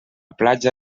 platja